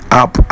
up